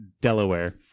Delaware